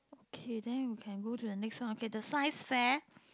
okay then you can go to the next one okay the science fair